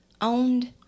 owned